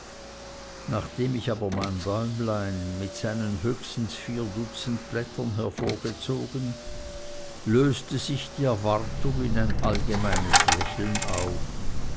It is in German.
nachdem ich aber mein bäumlein mit seinen höchstens vier dutzend blättern hervorgezogen löste sich die erwartung in ein allgemeines lächeln auf